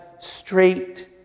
straight